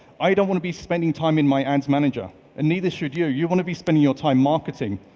i don't want to be spending time in my ads manager and neither should you. you want to be spending your time marketing.